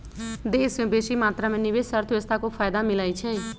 देश में बेशी मात्रा में निवेश से अर्थव्यवस्था को फयदा मिलइ छइ